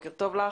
בוקר טוב לך.